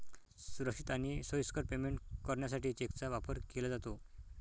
सुरक्षित आणि सोयीस्कर पेमेंट करण्यासाठी चेकचा वापर केला जातो